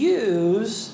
use